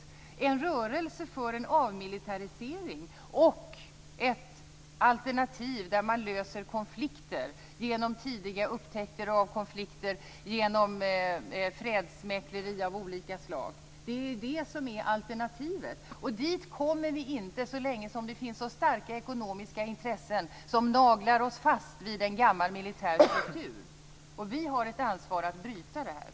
Alternativet är en rörelse för en avmilitarisering och en konfliktlösning genom tidigare upptäckter av konflikter och genom fredsmäkleri av olika slag. Dit kommer vi inte så länge som det finns starka ekonomiska intressen som naglar oss fast vid en gammal militär struktur. Vi har ett ansvar för att bryta detta.